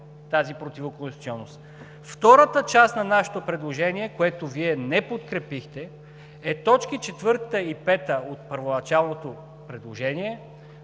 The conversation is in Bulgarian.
тази противоконституционност? Втората част на нашето предложение, което Вие не подкрепихте, е точки 4 и 5 от първоначалното предложение,